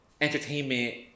entertainment